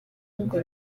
urwo